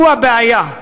הוא הבעיה.